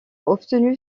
obtenu